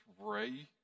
Ray